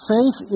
Faith